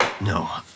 No